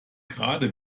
gerade